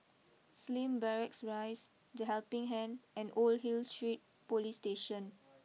Slim Barracks Rise the Helping Hand and Old Hill Street police Station